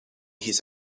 his